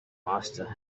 master